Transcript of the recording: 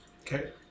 Okay